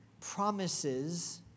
Promises